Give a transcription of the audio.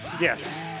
Yes